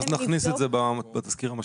ואז נכניס את זה בתזכיר המשלים.